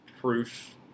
proof